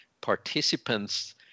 participants